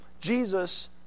Jesus